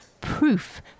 proof